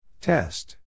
Test